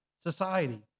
society